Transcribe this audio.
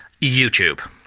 youtube